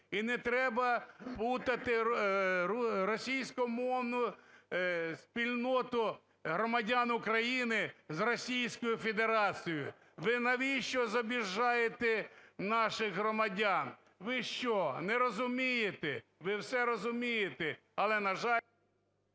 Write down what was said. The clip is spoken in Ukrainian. І не треба плутати російськомовну спільноту громадян України з Російською Федерацією. Ви навіщо зобижаєте наших громадян? Ви що, не розумієте? Ви все розумієте. Але, на жаль…